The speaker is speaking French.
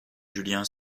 julien